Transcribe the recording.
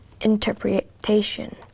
interpretation